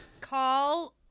Call